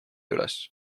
üles